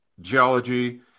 geology